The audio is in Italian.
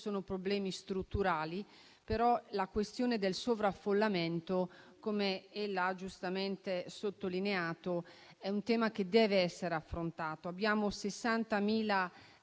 di problemi strutturali, ma la questione del sovraffollamento - come ella ha giustamente sottolineato - deve essere affrontata. Abbiamo 60.000